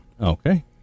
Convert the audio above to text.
Okay